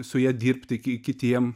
su ja dirbti kitiem